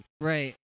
Right